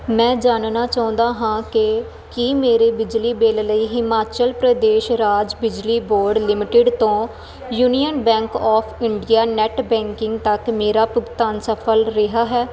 ਮੈਂ ਜਾਣਨਾ ਚਾਹੁੰਦਾ ਹਾਂ ਕਿ ਕੀ ਮੇਰੇ ਬਿਜਲੀ ਬਿੱਲ ਲਈ ਹਿਮਾਚਲ ਪ੍ਰਦੇਸ਼ ਰਾਜ ਬਿਜਲੀ ਬੋਰਡ ਲਿਮਟਿਡ ਤੋਂ Union Bank of India net banking ਤੱਕ ਮੇਰਾ ਭੁਗਤਾਨ ਸਫਲ ਰਿਹਾ ਹੈ